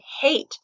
hate